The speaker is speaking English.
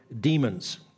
demons